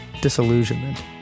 Disillusionment